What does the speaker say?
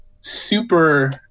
super